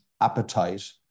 appetite